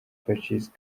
pacis